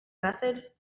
method